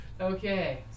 Okay